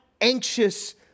anxious